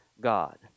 God